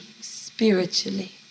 spiritually